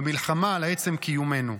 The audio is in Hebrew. במלחמה על עצם קיומנו.